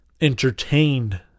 entertained